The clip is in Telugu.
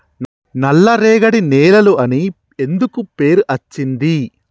నల్లరేగడి నేలలు అని ఎందుకు పేరు అచ్చింది?